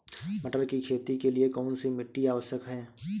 मटर की खेती के लिए कौन सी मिट्टी आवश्यक है?